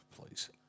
Please